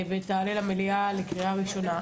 ותעלה למליאה לקריאה ראשונה.